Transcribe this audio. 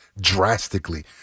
drastically